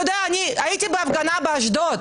הייתי בהפגנה באשדוד.